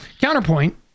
counterpoint